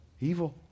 evil